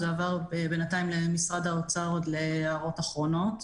זה עבר בינתיים למשרד האוצר להערות האחרונות.